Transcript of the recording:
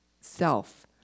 self